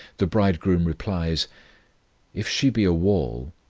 the bridegroom replies if she be a wall,